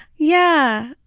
yeah,